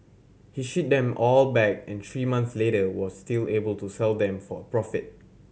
he shipped them all back and three months later was still able to sell them for a profit